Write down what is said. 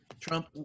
Trump